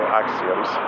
axioms